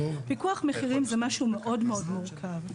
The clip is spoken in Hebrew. פיקוח מחירים זה משהו מאוד מאוד מורכב.